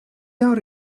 our